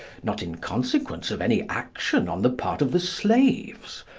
not in consequence of any action on the part of the slaves,